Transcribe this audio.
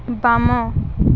ବାମ